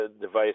device